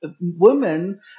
women